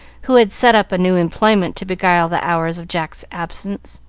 who had set up a new employment to beguile the hours of jack's absence.